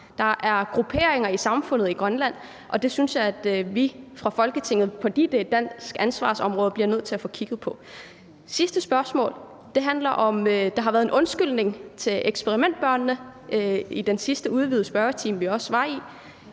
Der er grupperinger i samfundet i Grønland, og det synes jeg at vi fra Folketingets side, fordi det er et dansk ansvarsområde, bliver nødt til at få kigget på. Sidste spørgsmål handler om, at der var en undskyldning til eksperimentbørnene i den sidste udvidede spørgetime, vi også var